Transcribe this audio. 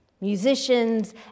Musicians